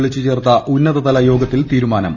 വിളിച്ചു ചേർത്ത ഉന്നതതലയോഗത്തിൽ തീരുമാനം